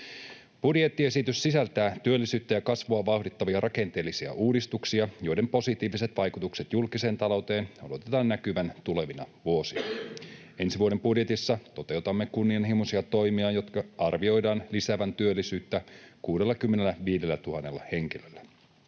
Budjettiesitys sisältää työllisyyttä ja kasvua vauhdittavia rakenteellisia uudistuksia, joiden positiiviset vaikutukset julkiseen talouteen odotetaan näkyvän tulevina vuosina. Ensi vuoden budjetissa toteutamme kunnianhimoisia toimia, joiden arvioidaan lisäävän työllisyyttä 65 000 henkilöllä.